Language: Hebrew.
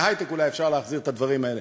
בהיי-טק אולי אפשר להחזיר את הדברים האלה.